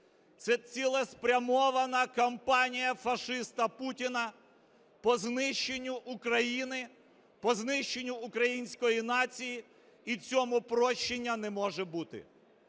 Це цілеспрямована кампанія фашиста Путіна по знищенню України, по знищенню української нації, і цьому прощення не може бути.